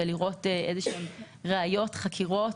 ולראות איזשהן חקירות,